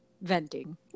venting